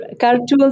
cartoons